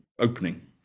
opening